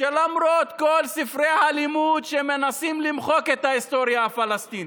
למרות כל ספרי הלימוד שמנסים למחוק את ההיסטוריה הפלסטינית,